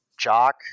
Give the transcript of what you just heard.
jock